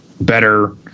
better